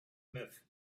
myth